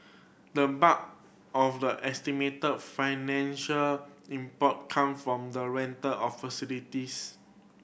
the bulk of the estimated financial impact come from the rental of facilities